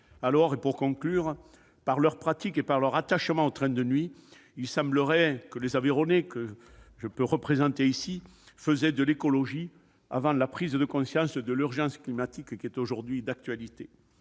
d'années. En somme, par leurs pratiques et par leur attachement au train de nuit, les Aveyronnais, que je représente ici, faisaient de l'écologie avant la prise de conscience de l'urgence climatique qui est aujourd'hui d'actualité.